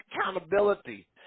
accountability